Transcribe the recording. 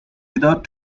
without